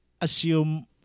assume